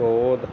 ਸੋਧ